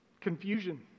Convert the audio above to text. Confusion